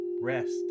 rest